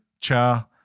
Cha